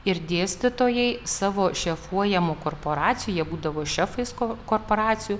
ir dėstytojai savo šefuojamų korporacija būdavo šefais ko korporacijų